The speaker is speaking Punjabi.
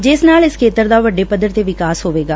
ਜਿਸ ਨਾਲ ਇਸ ਖੇਤਰ ਦਾ ਵੱਡਾ ਪੱਧਰ ਤੇ ਵਿਕਾਸ ਹੋਵੇਗਾ